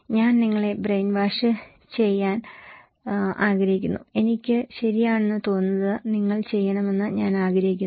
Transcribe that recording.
ഞാൻ നിങ്ങളെ brain wash ചെയ്യാൻ ആഗ്രഹിക്കുന്നു എനിക്ക് ശരിയെന്ന് തോന്നുന്നത് നിങ്ങൾ ചെയ്യണമെന്ന് ഞാൻ ആഗ്രഹിക്കുന്നു